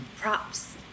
Props